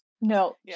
No